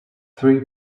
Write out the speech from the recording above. three